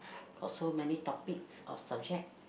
cause so many topics or subject